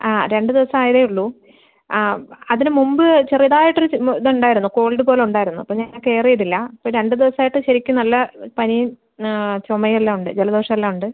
ആ രണ്ട് ദിവസം ആയതേ ഉള്ളൂ ആ അതിന് മുമ്പ് ചെറുതായിട്ട് ഒരു ഇത് ഉണ്ടായിരുന്നു കോവിഡ് പോലെ ഉണ്ടായിരുന്നു അപ്പോൾ ഞാൻ കെയറ് ചെയ്തില്ല ഇപ്പോൾ രണ്ട് ദിവസം ആയിട്ട് ശരിക്ക് നല്ല പനിയും ചുമ എല്ലാം ഉണ്ട് ജലദോഷം എല്ലാം ഉണ്ട്